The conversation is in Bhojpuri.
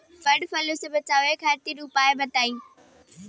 वड फ्लू से बचाव खातिर उपाय बताई?